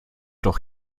doch